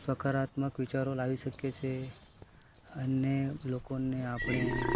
સકારાત્મક વિચારો લાવી શકીએ છીએ અને લોકોને આપણે